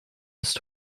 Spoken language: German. ist